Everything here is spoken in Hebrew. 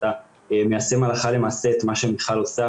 שאתה מיישם הלכה למעשה את מה שמיכל עושה